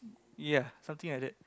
ya something like that